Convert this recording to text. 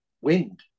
wind